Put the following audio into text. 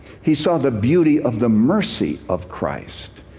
he saw the beauty of the mercy of christ.